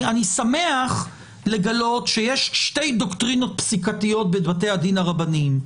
אני שמח לגלות שיש שתי דוקטרינות פסיקתיות בבתי הדין הרבניים,